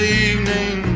evening